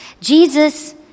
Jesus